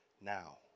now